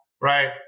right